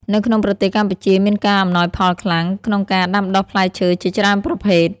នៅក្នុងប្រទេសកម្ពុជាមានការ អំណោយផលខ្លាំង ក្នុងការដាំដុះផ្លែឈើជាច្រើនប្រភេទ។